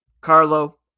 Carlo